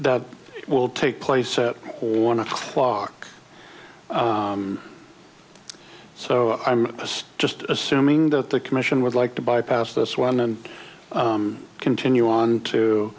that will take place at one o'clock so i'm just just assuming that the commission would like to bypass this one and continue on to